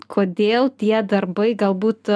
kodėl tie darbai galbūt